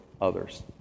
others